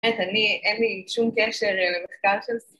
אני, אין לי שום קשר למחקר של ספי.